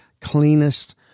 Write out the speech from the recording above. cleanest